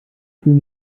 gefühl